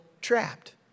trapped